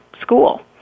school